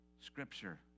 Scripture